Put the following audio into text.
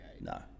No